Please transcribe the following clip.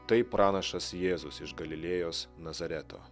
tai pranašas jėzus iš galilėjos nazareto